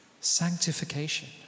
Sanctification